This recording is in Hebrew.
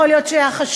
יכול להיות שהחשוד,